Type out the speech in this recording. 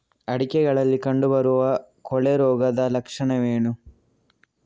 ಅಡಿಕೆಗಳಲ್ಲಿ ಕಂಡುಬರುವ ಕೊಳೆ ರೋಗದ ಲಕ್ಷಣವೇನು?